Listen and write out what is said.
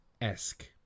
esque